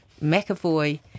McAvoy